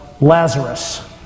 Lazarus